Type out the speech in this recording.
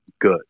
good